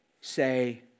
say